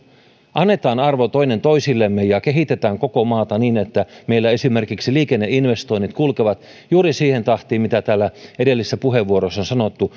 annetaan arvo toinen toisillemme ja kehitetään koko maata niin että meillä esimerkiksi liikenneinvestoinnit kulkevat juuri siihen tahtiin mitä täällä edellisissä puheenvuoroissa on sanottu